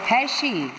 Pesci